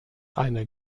eine